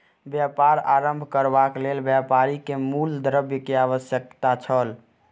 व्यापार आरम्भ करबाक लेल व्यापारी के मूल द्रव्य के आवश्यकता छल